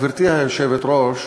גברתי היושבת-ראש,